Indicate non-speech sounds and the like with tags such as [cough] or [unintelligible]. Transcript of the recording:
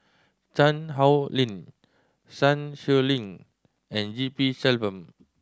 Chan [unintelligible] Lin Sun Xueling and G P Selvam